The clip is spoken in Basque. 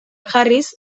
jarriz